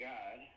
God